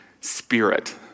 spirit